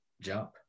jump